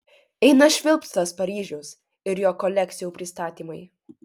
eina švilpt tas paryžius ir jo kolekcijų pristatymai